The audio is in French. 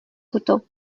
photos